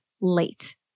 late